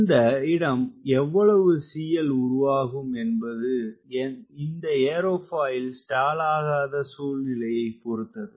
இந்த இடம் எவ்வளவு CL உருவாக்கும் என்பது இந்த ஏரோபாயில் ஸ்டால் ஆகாத சூழ்நிலையை பொறுத்தது